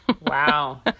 Wow